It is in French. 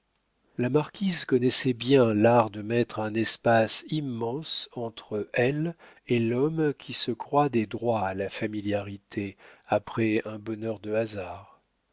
la marquise connaissait bien l'art de mettre un espace immense entre elle et l'homme qui se croit des droits à la familiarité après un bonheur de hasard